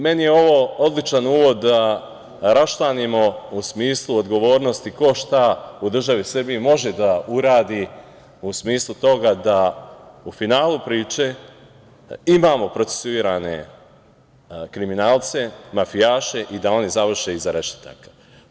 Meni je ovo odličan uvod da raščlanimo u smislu odgovornosti ko šta u državi Srbiji može da uradi u smislu toga da u finalu priče imamo procesuirane kriminalce, mafijaše i da oni završe iza rešetaka.